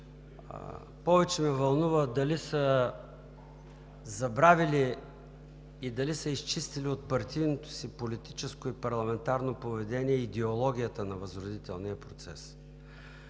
повече ме вълнува дали са забравили и дали са изчистили от партийното си политическо и парламентарно поведение идеологията на възродителния процес.